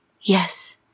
Yes